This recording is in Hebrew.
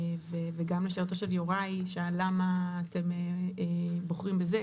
וגם לשאלתו של יוראי, שאל למה אתם בוחרים בזה.